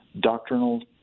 doctrinal